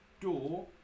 door